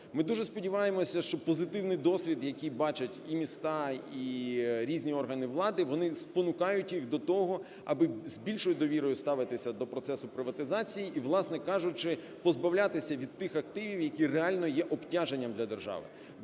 Ми дуже сподіваємося, що позитивний досвід, який бачать і міста, і різні органи влади, вони спонукають їх до того, аби з більшою довірою ставитися до процесу приватизації і, власне кажучи, позбавлятися від тих активів, які реально є обтяженням для держави.